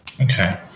Okay